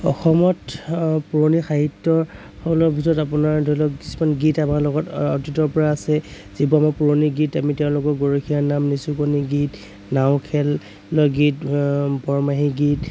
অসমত পুৰণি সাহিত্য়ৰ ভিতৰত আপোনাৰ ধৰি লওক কিছুমান গীত আমাৰ লগত অতীতৰ পৰা আছে যিবোৰ আমাৰ পুৰণি গীত আমি তেওঁলোকক গৰখীয়া নাম দিছোঁ নিচুকনি গীত নাও খেলৰ গীত বাৰমাহী গীত